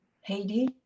Haiti